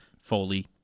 Foley